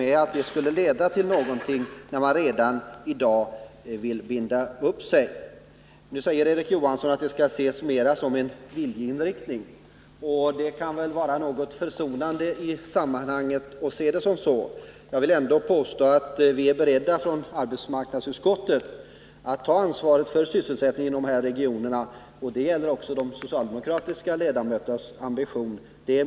Menar de att det inte skulle leda 83 till någonting, eftersom de redan i dag vill binda upp sig? Nu säger Erik Johansson att det mera skall ses som en viljeinriktning. En sådan förklaring kan väl vara försonande i sammanhanget. Jag vill ändå påstå att vi från arbetsmarknadsutskottet är beredda att ta ansvaret för sysselsättningen i dessa regioner. Det är min övertygelse att detta också gäller de socialdemokratiska ledamöterna.